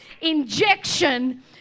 injection